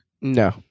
no